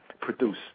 produce